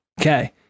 Okay